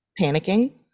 panicking